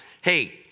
hey